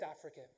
Africa